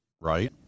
right